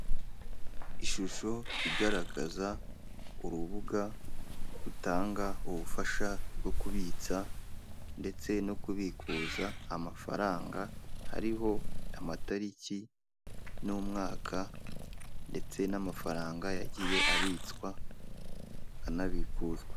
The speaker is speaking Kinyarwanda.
Ishusho igaragaza urubuga rutanga ubufasha bwo kubitsa ndetse no kubikuza amafaranga hariho amatariki n'umwaka ndetse n'amafaranga yagiye abitswa ana bikuzwa.